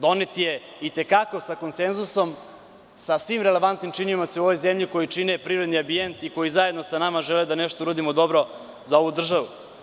Donet je i te kako sa konsenzusom, sa svim relevantnim činiocima u ovoj zemlji koji čine privredni ambijent i koji zajedno sa nama žele da nešto uradimo dobro za ovu državu.